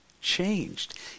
changed